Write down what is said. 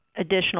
additional